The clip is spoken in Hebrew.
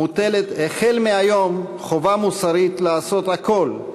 מוטלת החל מהיום חובה מוסרית לעשות הכול,